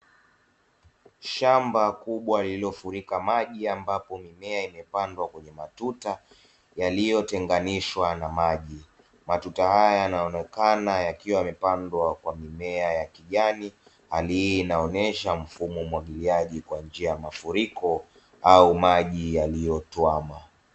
Shamba kubwa lililofurika maji ambapo mimea imepandwa kwenye matuta yaliyotenganishwa na maji, matuta haya yanaonekana yakiwa yamepandwa kwa mimea ya kijani; hali hii inaonesha mfumo wa umwagiliaji kwa njia ya mafuriko au maji yaliyotuama.